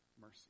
mercy